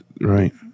Right